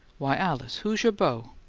why, alice, who's your beau?